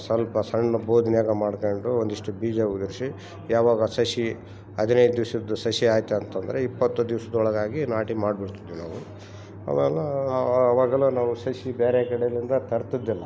ಸ್ವಲ್ಪ ಸಣ್ಣ ಬೋದ್ನೆಗ ಮಾಡ್ಕೊಂಡು ಒಂದಿಷ್ಟು ಬೀಜ ಉದುರ್ಸಿ ಯಾವಾಗ ಸಸಿ ಹದಿನೈದು ದಿವ್ಸದ ಸಸಿ ಆಯ್ತಂತಂದರೆ ಇಪ್ಪತ್ತು ದಿವ್ಸದೊಳಗಾಗಿ ನಾಟಿ ಮಾಡ್ಬಿಡ್ತಿದಿವಿ ನಾವು ಅವಾಗ ಅವಾಗ್ಲು ನಾವು ಸಸಿ ಬೇರೆ ಕಡೆಲಿಂದ ತರ್ತಿದಿಲ್ಲ